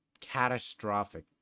catastrophic